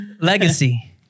Legacy